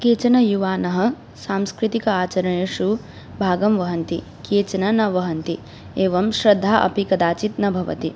केचन युवानः सांस्कृतिकाचरणेषु भागं वहन्ति केचन न वहन्ति एवं श्रद्धा अपि कदाचित् न भवति